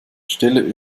stelle